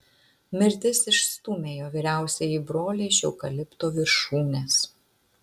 mirtis išstūmė jo vyriausiąjį brolį iš eukalipto viršūnės